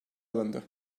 alındı